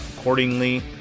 accordingly